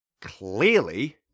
clearly